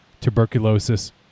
tuberculosis